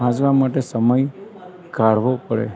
વાંચવા માટે સમય કાઢવો પડે